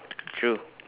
true